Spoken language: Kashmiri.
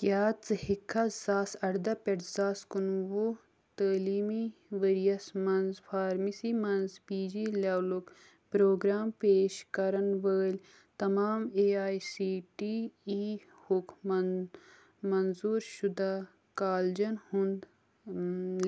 کیٛاہ ژٕ ہیٚککھا زٕ ساس اردہ پٮ۪ٹھ زٕ ساس کُنوُہ تعلیٖمی ؤرۍ یس منٛز فارمیسی منٛز پی جی لیولُک پروگرام پیش کرن وٲلۍ تمام A I C T E ہُک من من منظوٗر شُدہ کالجن ہُنٛد